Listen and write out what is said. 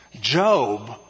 Job